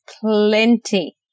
plenty